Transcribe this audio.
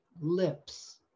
lips